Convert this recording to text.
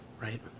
right